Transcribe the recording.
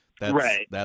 Right